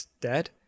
dead